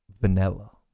vanilla